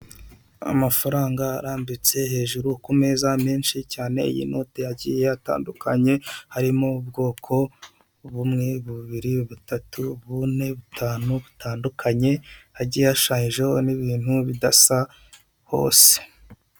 Amafaranga arambitse hejuru ku meza menshi cyane y'inoti yagiye atandukanye harimo ubwoko bumwe, bubiri, butatu, bune, butanu butandukanye, hagiye hashushajeho n'ibintu bidasa hose.